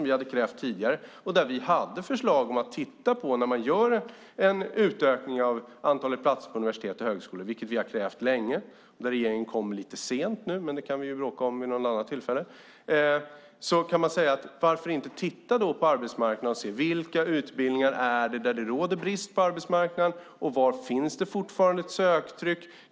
Vi hade förslag om att man skulle titta på detta när man gjorde en utökning av antalet platser på universitet och högskolor, något vi krävt länge. Regeringen kommer med detta lite sent nu, men det kan vi bråka om vid något annat tillfälle. Frågan är dock varför man inte har tittat på vilka utbildningar det råder brist på i förhållande till arbetsmarknaden och var det finns ett söktryck.